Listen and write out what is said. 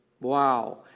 Wow